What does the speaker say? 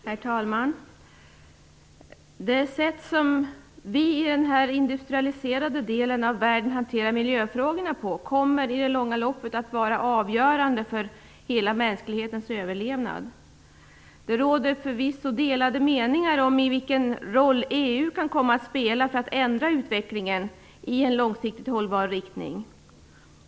Herr talman! Det sätt som vi i den industrialiserade delen av världen hanterar miljöfrågor på kommer i det långa loppet att vara avgörande för hela mänsklighetens överlevnad. Det råder förvisso delade meningar om vilken roll EU kan komma att spela för att ändra utvecklingen i en långsiktigt hållbar riktning.